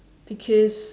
because